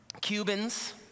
Cubans